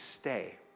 stay